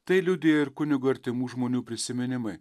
tai liudija ir kunigo artimų žmonių prisiminimai